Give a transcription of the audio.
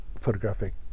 photographic